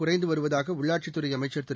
குறைந்து வருவதாக உள்ளாட்சித் துறை அமைச்சர் திரு